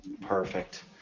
perfect